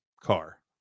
car